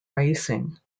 racing